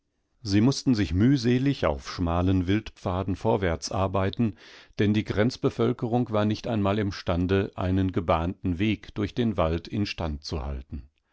sie mußten sich mühselig auf schmalen wildpfaden vorwärtsarbeiten denn die grenzbevölkerung war nicht einmal imstande einen gebahnten weg durch den wald instand zu halten